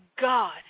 God